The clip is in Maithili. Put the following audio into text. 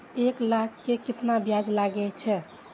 एक लाख के केतना ब्याज लगे छै?